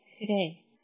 Today